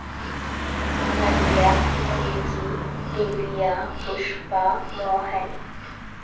Athira Jiji Biliya Pushpa Mohan